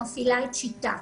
שמפעילה את "שיטה".